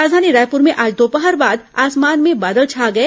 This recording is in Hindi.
राजधानी रायपुर में आज दोपहर बाद आसमान बादल छा गए